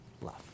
love